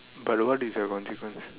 but the what is your consequence